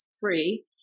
free